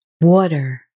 water